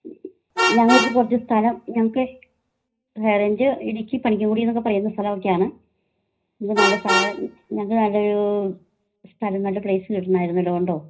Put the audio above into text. ഞങ്ങൾക്ക് കുറച്ചു സ്ഥലം ഞങ്ങൾക്ക് ഹൈറേഞ്ച് ഇടുക്കി പണിക്കങ്കുടി എന്നൊക്കെ പറയുന്ന സ്ഥലമൊക്കെ ആണ് ഇത് നല്ല സ്ഥലം ഞങ്ങൾ നല്ല ഒരു സ്ഥലം നല്ല പ്ളേസ് കിട്ടണമായിരുന്നല്ലോ ഉണ്ടോ